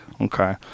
Okay